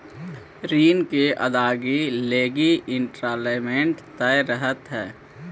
ऋण के अदायगी लगी इंस्टॉलमेंट तय रहऽ हई